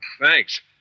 Thanks